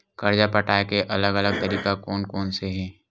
कर्जा पटाये के अलग अलग तरीका कोन कोन से हे?